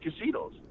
casinos